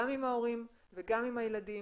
גם עם ההורים וגם עם הילדים.